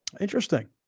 interesting